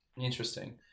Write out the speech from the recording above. Interesting